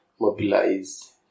mobilize